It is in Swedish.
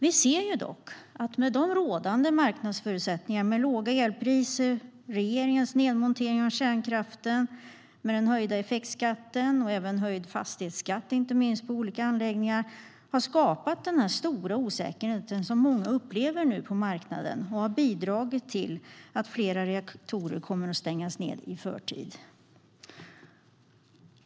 Vi ser dock att rådande marknadsförutsättningar med låga elpriser och regeringens nedmontering av kärnkraften, med höjd effektskatt och inte minst också med höjd fastighetsskatt på olika anläggningar, har skapat den stora osäkerhet på marknaden som många upplever nu och som har bidragit till att flera reaktorer kommer att stängas i förtid.